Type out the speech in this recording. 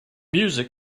music